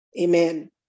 Amen